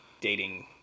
dating